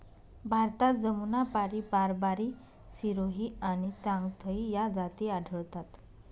भारतात जमुनापारी, बारबारी, सिरोही आणि चांगथगी या जाती आढळतात